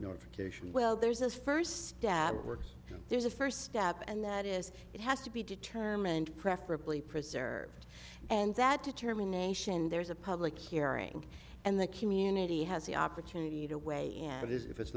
north cation well there's the first day at work there's a first step and that is it has to be determined preferably preserved and that determination there's a public hearing and the community has the opportunity to weigh in and if it's